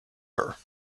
her